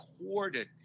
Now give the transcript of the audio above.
recorded